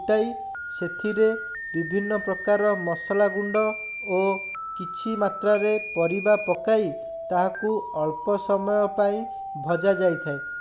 ଫୁଟାଇ ସେଥିରେ ବିଭିନ୍ନ ପ୍ରକାର ମସଲା ଗୁଣ୍ଡ ଓ କିଛି ମାତ୍ରାରେ ପରିବା ପକାଇ ତାକୁ ଅଳ୍ପ ସମୟ ପାଇଁ ଭଜା ଯାଇଥାଏ